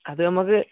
അത് നമുക്ക്